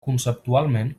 conceptualment